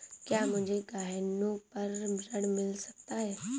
क्या मुझे गहनों पर ऋण मिल सकता है?